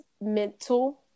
mental